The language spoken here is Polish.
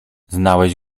znałeś